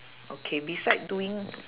okay beside doing